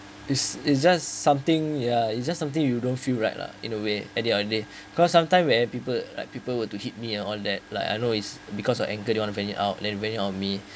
it's it's just something ya it's just something you don't feel right lah in a way at the end of the day cause sometime where people like people were to hit me uh and all that like I know is because of anger they want to vent it out then they vent it out on me